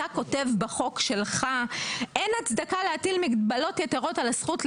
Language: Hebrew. אתה כותב בחוק שלך "אין הצדקה להטיל מגבלות יתרות על הזכות להיבחר,